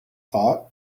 thought